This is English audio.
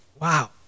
Wow